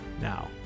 Now